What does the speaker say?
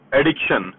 addiction